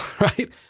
right